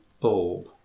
bulb